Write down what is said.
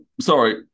sorry